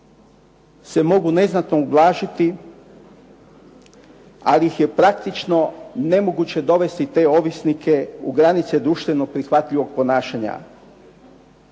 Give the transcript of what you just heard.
se mogu neznatno ublažiti, ali ih je praktično nemoguće dovesti te ovisnike u granice društveno prihvatljivog ponašanja.